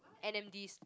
N_M_Ds